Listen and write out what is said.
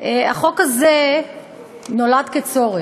החוק הזה נולד כצורך.